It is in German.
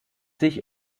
sich